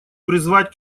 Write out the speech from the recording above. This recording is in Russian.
призвать